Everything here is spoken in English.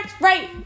right